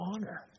honor